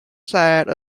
side